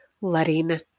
letting